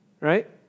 right